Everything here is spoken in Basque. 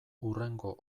hurrengo